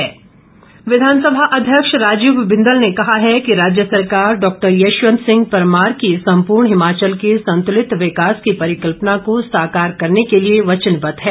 बिंदल विधानसभा अध्यक्ष राजीव बिंदल ने कहा है कि राज्य सरकार डॉक्टर यशवंत सिंह परमार की सम्पूर्ण हिमाचल के संतुलित विकास की परिकल्पना को साकार करने के लिए वचनबद्ध है